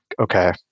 okay